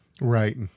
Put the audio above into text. Right